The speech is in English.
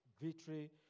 Victory